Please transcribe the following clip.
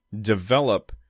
develop